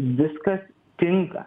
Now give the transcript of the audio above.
viskas tinka